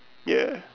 ya